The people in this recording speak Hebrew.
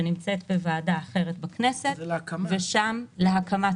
שנידונה בוועדה אחרת בכנסת, להקמת המטרו.